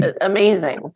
amazing